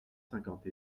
cinquante